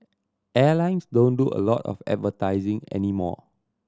airlines don't do a lot of advertising anymore